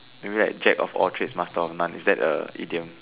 maybe like jack of all trades master of none is that a idiom